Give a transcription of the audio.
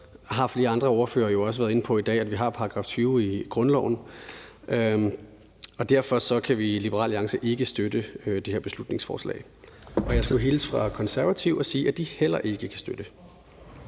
Derudover har flere andre ordførere i dag også været inde på, at vi har § 20 i grundloven. Derfor kan vi i Liberal Alliance ikke støtte det her beslutningsforslag. Jeg skal hilse fra Konservative og sige, at de heller ikke kan støtte